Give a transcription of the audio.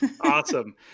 Awesome